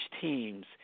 teams